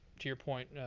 to your point,